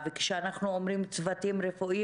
כשאנחנו אומרים "צוותים רפואיים",